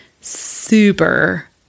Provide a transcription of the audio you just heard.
super